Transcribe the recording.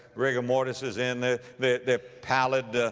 rigor mortis is in. their, their, their pallid, ah,